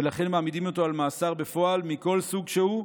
ולכן מעמידים אותו על מאסר בפועל מכל סוג שהוא,